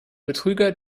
betrüger